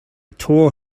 tore